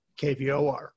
KVOR